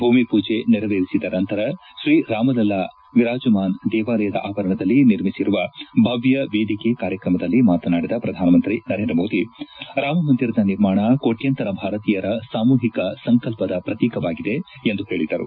ಭೂಮಿ ಪೂಜೆ ನೆರವೇರಿಸಿದ ನಂತರ ಶ್ರೀರಾಮಲಲ್ಲಾ ವಿರಾಜಮಾನ್ ದೇವಾಲಯದ ಆವರಣದಲ್ಲಿ ನಿರ್ಮಿಸಿರುವ ಭವ್ಯ ವೇದಿಕೆ ಕಾರ್ಯಕ್ರಮದಲ್ಲಿ ಮಾತನಾಡಿದ ಪ್ರಧಾನಮಂತ್ರಿ ನರೇಂದ್ರ ಮೋದಿ ರಾಮಮಂದಿರದ ನಿರ್ಮಾಣ ಕೋಟ್ಯಾಂತರ ಭಾರತೀಯರ ಸಾಮೂಹಿಕ ಸಂಕಲ್ಲದ ಪ್ರತೀಕವಾಗಿದೆ ಎಂದು ಹೇಳಿದರು